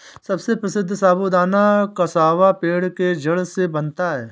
सबसे प्रसिद्ध साबूदाना कसावा पेड़ के जड़ से बनता है